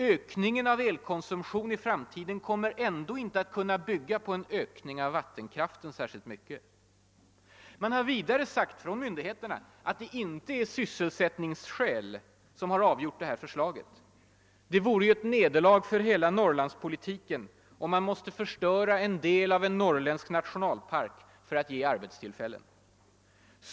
Ökningen av elkonsumtion i framtiden kommer ändå inte att kunna bygga på en ökning av vattenkraften i någon nämnvärd grad. Myndigheterna har vidare sagt att det inte är sysselsättningsskäl som har avgjort det här förslaget. Det vore ju ett nederlag för hela Norrlandspolitiken, om man måste förstöra en del av en norrländsk nationalpark för att ge befolkningen arbetstillfällen..